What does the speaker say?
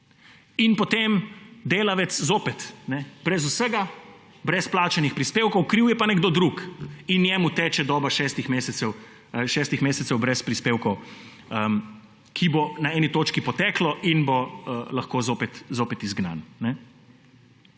In potem je delavec zopet brez vsega, brez plačanih prispevkov, kriv je pa nekdo drug, in njemu teče doba 6 mesecev brez prispevkov, ki bo na eni točki potekla in bo lahko zopet izgnan.